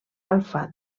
alfa